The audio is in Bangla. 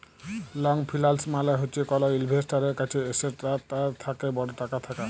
লং ফিল্যাল্স মালে হছে কল ইল্ভেস্টারের কাছে এসেটটার থ্যাকে বড় টাকা থ্যাকা